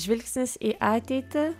žvilgsnis į ateitį